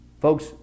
Folks